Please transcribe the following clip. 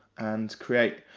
and create,